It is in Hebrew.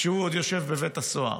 כשהוא עוד יושב בבית הסוהר.